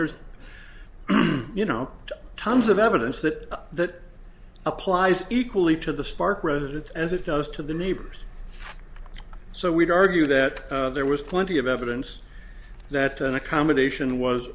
there's you know tons of evidence that that applies equally to the spark resident as it does to the neighbors so we'd argue that there was plenty of evidence that an accommodation was